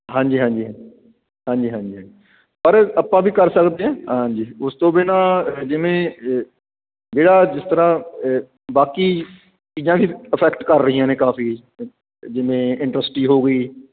ਹਾਂਜੀ ਹਾਂਜੀ ਹਾਂਜੀ ਹਾਂਜੀ ਹਾਂਜੀ ਪਰ ਆਪਾਂ ਵੀ ਕਰ ਸਕਦੇ ਹਾਂ ਹਾਂਜੀ ਉਸ ਤੋਂ ਬਿਨਾਂ ਜਿਵੇਂ ਜਿਹੜਾ ਜਿਸ ਤਰਾਂ ਬਾਕੀ ਚੀਜ਼ਾਂ ਇਫੈਕਟ ਕਰ ਰਹੀਆਂ ਨੇ ਕਾਫੀ ਜਿਵੇਂ ਇੰਡਸਟਰੀ ਹੋ ਗਈ